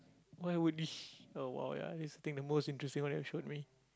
why would we oh !wow! ya think this is the most interesting one that you've shown me